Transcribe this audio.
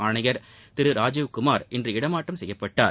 ஆணையர் திரு ராஜீவ் குமார் இன்று இடமாற்றம் செய்யப்பட்டார்